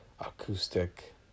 acoustic